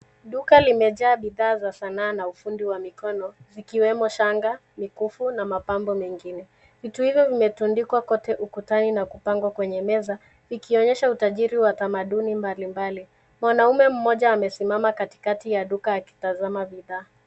Duka limejaa bidhaa za sanaa na ufundi wa mikono zikiwemo shanga, mikufu na mapambo mengine. Vitu hivyo vimetandikwa kote ukutani na kupangwa kwenye meza ikionyesha utajiri wa tamaduni mbalimbali. Mwanaume mmoja amesimama katikati ya duka akitazama bidhaa.